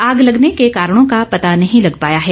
आग लगने के कारणों का पता नहीं लग पाया है